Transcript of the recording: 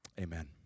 Amen